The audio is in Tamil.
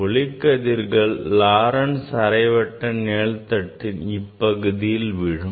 ஒளிக்கதிர்கள் Laurent's அரைவட்ட நிழல்தட்டின் இப்பகுதியில் விழும்